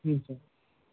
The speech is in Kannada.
ಹ್ಞೂ ಸರ್